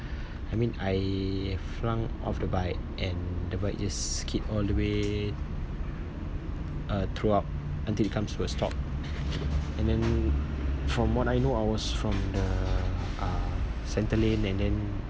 I mean I flung off the bike and the bike just skid all the way uh throughout until it comes to a stop and then from what I know I was from the uh center lane and then